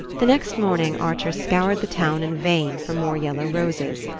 the next morning archer scoured the town in vain for more yellow roses.